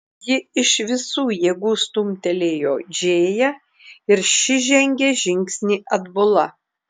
ji iš visų jėgų stumtelėjo džėją ir ši žengė žingsnį atbula